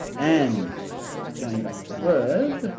and going back to word